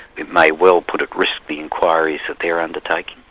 it may well put at risk the inquiries that they're undertaking.